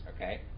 okay